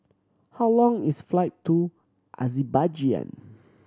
how long is flight to Azerbaijan